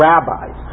rabbis